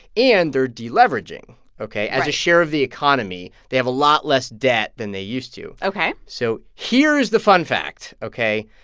and they're deleveraging, ok? right as a share of the economy, they have a lot less debt than they used to ok so here's the fun fact, ok?